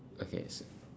okay so